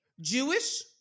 Jewish